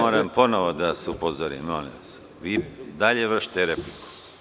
Moram ponovo da vas upozorim, vi i dalje vršite repliku.